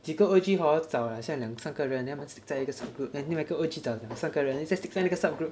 几个 O_G hor 找 like 像两三个人 then 他们 stick 在一个 sub group then 另外一个 O_G 找两三个人 then 又 stick 在那个 sub group